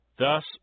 Thus